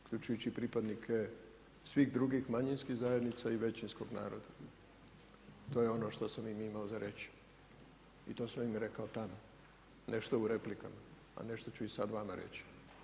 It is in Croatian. Uključujući pripadnike svih drugih manjinskih zajednica i većinskog naroda, to je ono što sam im imao za reći i to sam im rekao tada nešto u replikama a nešto ću i sad vama reći.